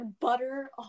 butter